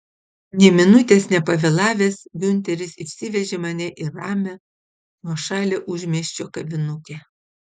nė minutės nepavėlavęs giunteris išsivežė mane į ramią nuošalią užmiesčio kavinukę